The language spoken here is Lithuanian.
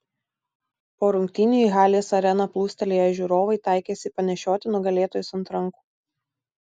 po rungtynių į halės areną plūstelėję žiūrovai taikėsi panešioti nugalėtojus ant rankų